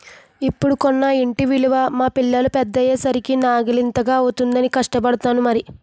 ఇప్పుడు కొన్న ఇంటి విలువ మా పిల్లలు పెద్దయ్యే సరికి నాలిగింతలు అవుతుందనే కష్టపడ్డాను మరి